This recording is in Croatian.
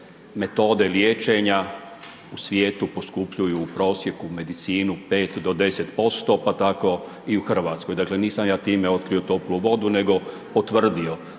metode liječenja u svijetu poskupljuju u prosjeku medicinu 5 do 10% pa tako i u Hrvatskoj. Dakle nisam ja time otkrio toplu vodu, nego potvrdio.